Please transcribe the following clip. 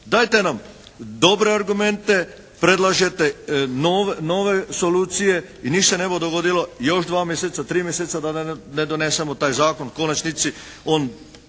Dajte nam dobre argumente. Predlažete nove solucije i ništa se ne bude dogodilo još dva mjeseca, tri mjeseca da ne donesemo taj zakon u konačnici, on